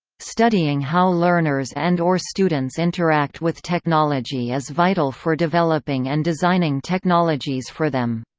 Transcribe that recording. studying how learners and or students interact with technology is vital for developing and designing technologies for them.